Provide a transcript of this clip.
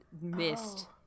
missed